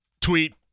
tweet